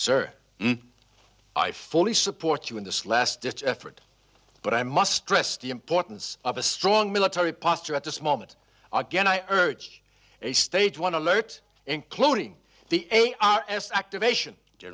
sir i fully support you in this last ditch effort but i must stress the importance of a strong military posture at this moment again i urge a stage one alert including the a r s activation